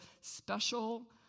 special